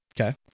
Okay